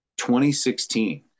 2016